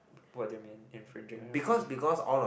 what do you mean infringing